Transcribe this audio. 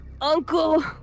uncle